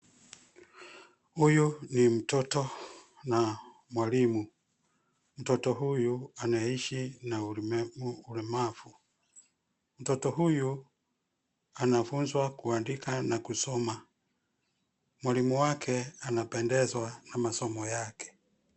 Huyu ni mtoto na mwalimu. Mtoto huyu anaishi na ulemavu. Mtoto huyu anafunzwa kuandika na kusoma. Mwalimu wake anapendezwa na masomo yake.